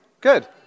Good